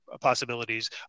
possibilities